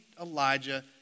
Elijah